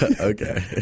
Okay